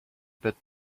bit